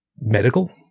Medical